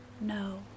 no